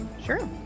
Sure